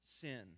Sin